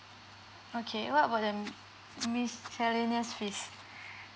okay what about the m~ miscellaneous fees